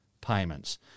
payments